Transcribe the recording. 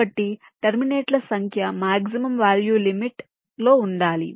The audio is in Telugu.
కాబట్టి టెర్మినేట్ల సంఖ్య మాక్సిమం వాల్యూ లిమిట్ లో ఉండాలి